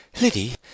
Liddy